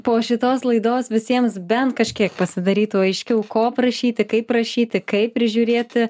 po šitos laidos visiems bent kažkiek pasidarytų aiškiau ko prašyti kaip prašyti kaip prižiūrėti